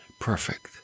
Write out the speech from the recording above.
perfect